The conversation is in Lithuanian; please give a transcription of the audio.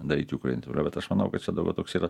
daryti ukrainai bet aš manau kad čia dabar toks yra